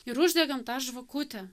ir uždegam tą žvakutę